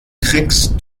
kriegst